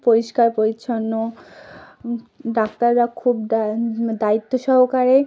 পরিষ্কার পরিচ্ছন্ন ডাক্তাররা খুব দায়িত্ব সহকারে